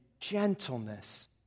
gentleness